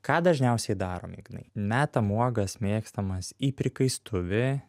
ką dažniausiai darom ignai metam uogas mėgstamas į prikaistuvį